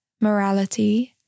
morality